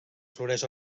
floreix